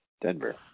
Denver